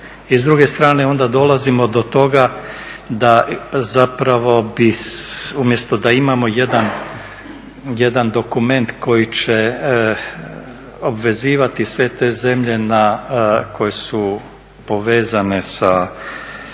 I s druge strane onda dolazimo do toga umjesto da imamo jedan dokument koji će obvezivati sve te zemlje koje mogu biti povezane sa